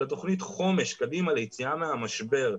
אלא תוכנית חומש קדימה ליציאה מהמשבר,